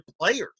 players